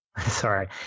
Sorry